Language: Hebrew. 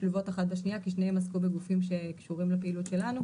שהן שלובות אחת בשנייה כי שתיהן עסקו בגופים שקשורים לפעילות שלנו